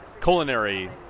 culinary